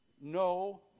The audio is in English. no